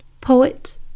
poet